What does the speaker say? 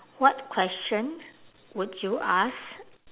what question would you ask